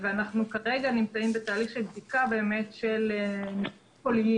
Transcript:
כרגע אנחנו נמצאים בתהליך של בדיקה של מסרונים קוליים